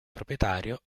proprietario